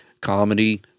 comedy